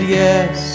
yes